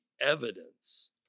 evidence